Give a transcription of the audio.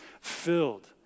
filled